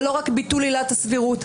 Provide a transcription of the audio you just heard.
זה לא רק ביטול עילת הסבירות,